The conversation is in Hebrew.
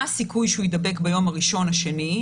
מה הסיכוי שהוא ייבדק ביום הראשון או השני,